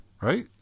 right